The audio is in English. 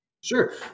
Sure